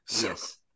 yes